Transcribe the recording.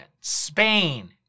Spain